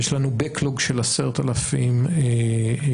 יש לנו backlog של 10,000 בסוכנות,